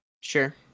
Sure